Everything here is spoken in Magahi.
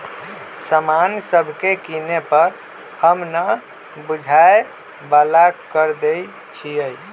समान सभके किने पर हम न बूझाय बला कर देँई छियइ